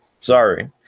Sorry